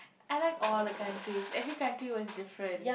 I like all the countries every country was different